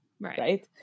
Right